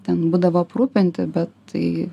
ten būdavo aprūpinti bet tai